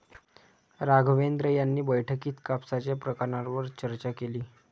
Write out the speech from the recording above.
राघवेंद्र यांनी बैठकीत कापसाच्या प्रकारांवर चर्चा केली